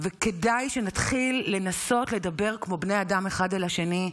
כדאי שנתחיל לנסות לדבר כמו בני אדם אחד אל השני.